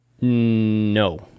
No